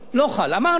אמרנו.